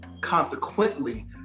consequently